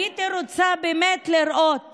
הייתי רוצה באמת לראות